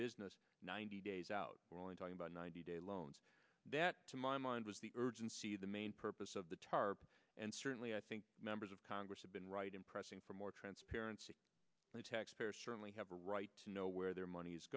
business ninety days out we're only talking about ninety day loans that to my mind was the urgency the main purpose of the tarp and certainly i think members of congress have been right in pressing for more transparency and taxpayer certainly have a right to know where their money is